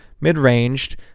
mid-ranged